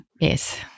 Yes